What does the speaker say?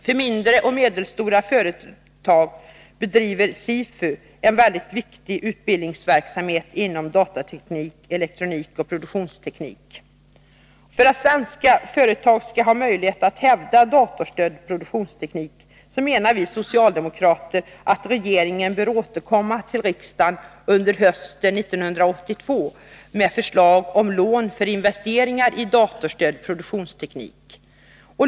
För mindre och medelstora företag bedriver SIFU en mycket viktig utbildningsverksamhet inom datateknik, elektronik och produktionsteknik. För att svenska företag skall ha möjlighet att hävda datorstödd produktionsteknik, menar vi socialdemokrater att regeringen bör återkomma till riksdagen under hösten 1982 med förslag om lån för investeringar i datorstödd produktionsteknik.